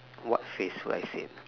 what phrase will I say